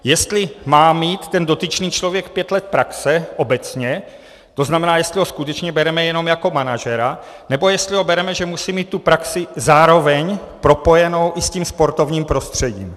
Jestli má mít ten dotyčný člověk pět let praxe obecně, to znamená, jestli ho skutečně bereme jenom jako manažera, nebo jestli ho bereme, že musí mít praxi zároveň propojenou i s tím sportovním prostředím.